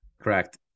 Correct